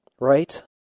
Right